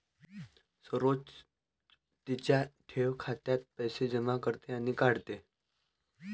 सरोज तिच्या ठेव खात्यात पैसे जमा करते आणि काढते